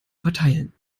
verteilen